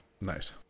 Nice